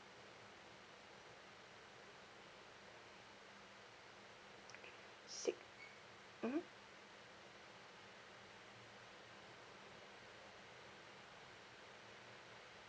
six mmhmm